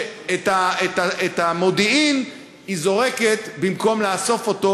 ואת המודיעין היא זורקת במקום לאסוף אותו,